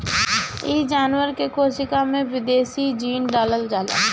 इ जानवर के कोशिका में विदेशी जीन डालल जाला